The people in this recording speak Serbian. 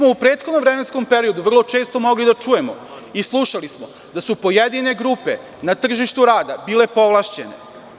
U prethodnom vremenskom periodu vrlo često smo mogli da čujemo da su pojedine grupe na tržištu rada bile povlašćene.